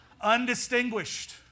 undistinguished